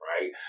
right